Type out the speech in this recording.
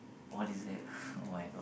what is that [oh]-my-god